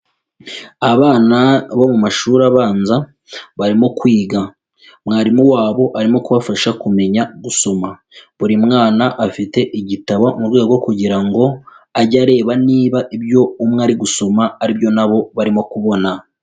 Abana bo mu mashuri abanza barimo kwiga, mwarimu wabo arimo kubafasha kumenya gusoma, buri mwana afite igitabo mu rwego rwo kugira ngo ajye areba niba ibyo umwe ari gusoma ari byo na bo barimo kubona.